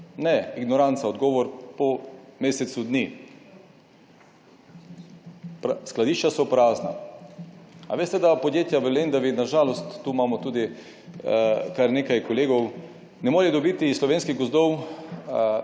Ne, ignoranca, odgovor po mesecu dni. Skladišča so prazna. A veste, da podjetja v Lendavi, na žalost, tu imamo tudi kar nekaj kolegov, ne more dobiti slovenskih gozdov,